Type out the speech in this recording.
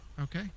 okay